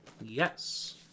yes